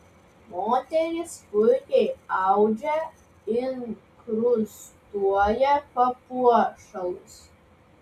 moterys puikiai audžia inkrustuoja papuošalus